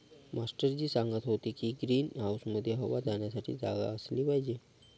master ji सांगत होते की ग्रीन हाऊसमध्ये हवा जाण्यासाठी जागा असली पाहिजे